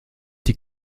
die